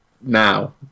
now